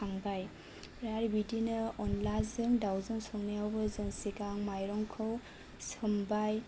खांबाय आमफ्राय आर बिदिनो अन्लाजों दावजों संनायावबो जों सिगां माइरंखौ सोमबाय